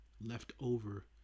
leftover